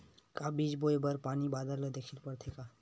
का बीज बोय बर पानी बादल देखेला पड़थे?